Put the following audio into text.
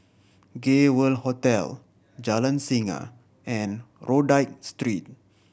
Gay World Hotel Jalan Singa and Rodyk Street